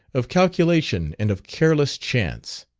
of calculation and of careless chance.